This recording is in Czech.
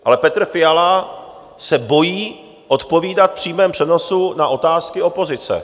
Ale Petr Fiala se bojí odpovídat v přímém přenosu na otázky opozice.